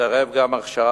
יתערב גם עכשיו,